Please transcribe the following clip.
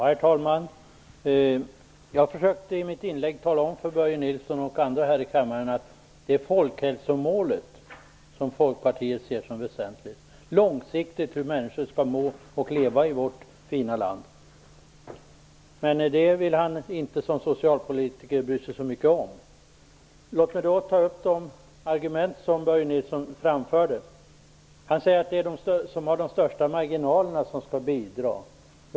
Herr talman! Jag försökte i mitt inlägg tala om för Börje Nilsson och andra här i kammaren att det är folkhälsomålet som är väsentligt för Folkpartiet, hur människor skall må och leva i vårt fina land på lång sikt. Men det vill Börje Nilsson som socialpolitiker inte bry sig så mycket om. Låt mig ta upp de argument som Börje Nilsson framförde. Han sade att det är de som har de största marginalerna som skall bidra.